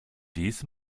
dies